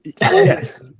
Yes